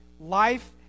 Life